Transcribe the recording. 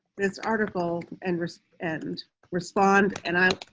this article and read and respond and i